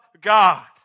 God